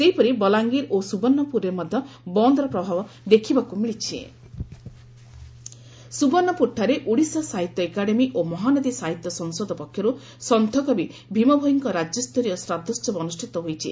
ସେହିପରି ବଲାଙ୍ଗୀର ଓ ସ୍ବର୍ଷପୁରରେ ମଧ୍ଧ ବନ୍ଦର ପ୍ରଭାବ ଦେଖିବାକୁ ମିଳିଛି ଭୀମଭୋଇ ଶ୍ରାଦ୍ଧୋହବ ସୁବର୍ଷ୍ଣପୁରଠାରେ ଓଡ଼ିଶା ସାହିତ୍ୟ ଏକାଡେମୀ ଓ ମହାନଦୀ ସାହିତ୍ୟ ସଂସଦ ପକ୍ଷର୍ ସନ୍ତକବି ଭୀମଭୋଇଙ୍ଙ ରାଜ୍ୟସ୍ତରୀୟ ଶ୍ରାଦ୍ବୋହବ ଅନୁଷ୍ଠିତ ହୋଇଯାଇଛି